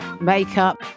makeup